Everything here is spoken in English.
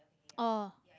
orh